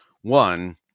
one